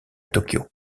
tokyo